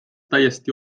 täiesti